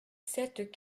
sept